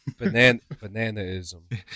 Bananaism